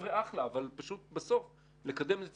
החבר'ה נהדרים אבל בסוף לקדם את זה,